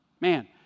Man